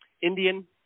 Indian